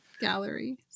gallery